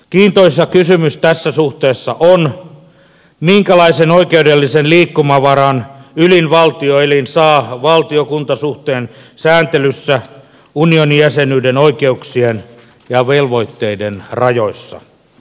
kiintoisa kysymys tässä suhteessa on minkälaisen oikeudellisen liikkumavaran ylin valtioelin saa valtiokunta suhteen sääntelyssä unionin jäsenyyden oikeuksien ja velvoitteiden rajoissa